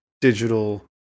digital